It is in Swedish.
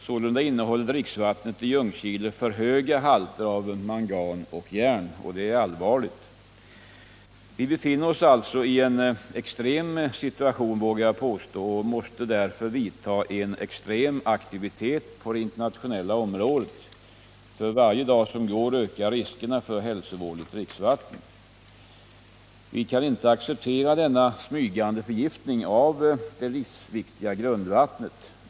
Sålunda innehåller dricksvattnet i Ljungskile för höga halter av mangan och järn, och det är allvarligt. Vi befinner oss alltså i en extrem situation, vågar jag påstå, och vi måste därför vidta en extrem aktivitet på det internationella området. För varje dag som går ökar riskerna för hälsovådligt dricksvatten. Vi kan inte acceptera denna smygande förgiftning av det livsviktiga grundvattnet.